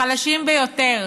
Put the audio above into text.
החלשים ביותר,